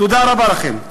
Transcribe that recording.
תודה רבה לכם.